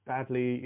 Badly